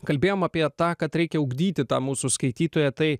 kalbėjom apie tą kad reikia ugdyti tą mūsų skaitytoją tai